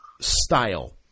style